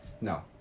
No